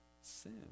sin